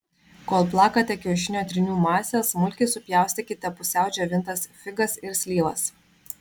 kol plakate kiaušinio trynių masę smulkiai supjaustykite pusiau džiovintas figas ir slyvas